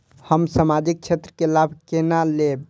हम सामाजिक क्षेत्र के लाभ केना लैब?